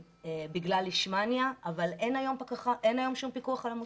בגלל לישמניה אבל אין היום שום פיקוח על עמותות.